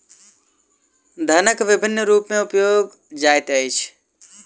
धनक विभिन्न रूप में उपयोग जाइत अछि